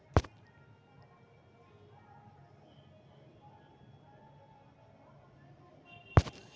rain water harvesting ला हर भवन में कुछ विशेष बनावे के होबा हई